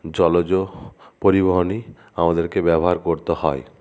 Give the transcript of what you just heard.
জলজ পরিবহনই আমাদেরকে ব্যবহার করতে হয়